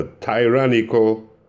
tyrannical